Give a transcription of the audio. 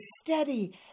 steady